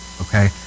Okay